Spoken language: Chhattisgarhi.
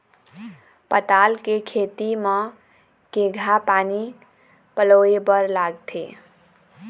पताल के खेती म केघा पानी पलोए बर लागथे?